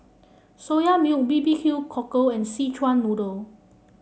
Soya Milk B B Q Cockle and Szechuan Noodle